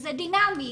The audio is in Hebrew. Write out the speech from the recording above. שזה דינמי.